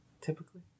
typically